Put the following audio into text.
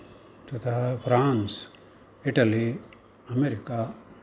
तथा France Italy America